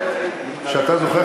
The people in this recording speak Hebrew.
את החוב שלנו,